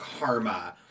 karma